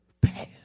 pass